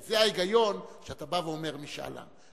כי זה ההיגיון כשאתה בא ואומר: משאל עם.